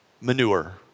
Manure